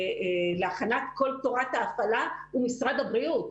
להכנת כל תורת ההפעלה הוא משרד הבריאות.